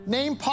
Name